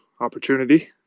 opportunity